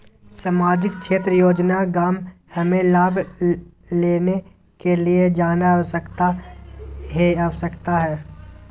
सामाजिक क्षेत्र योजना गांव हमें लाभ लेने के लिए जाना आवश्यकता है आवश्यकता है?